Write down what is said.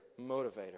motivator